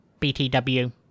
BTW